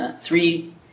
three